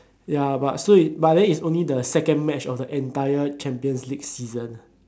ya but so is but then it's only the second match of the entire champions league season